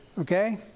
okay